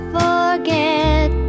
forget